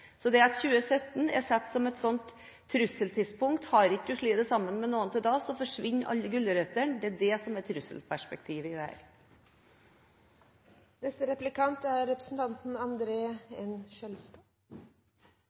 Det at 2017 er satt som et sånt trusseltidspunkt – har du ikke slått deg sammen med noen til da, så forsvinner alle gulrøttene – er det som er trusselperspektivet i